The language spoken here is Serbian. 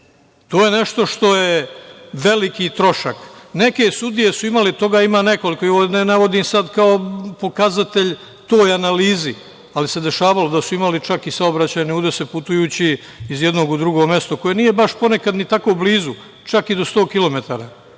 To je nešto što je veliki trošak. Neke sudije su imale i toga ima nekoliko, ovo ne navodim sada kao pokazatelj toj analizi, ali se dešavalo da su imali čak i saobraćajne udese putujući iz jednog u drugo mesto, koje nije ponekad ni tako blizu, čak i do 100 km.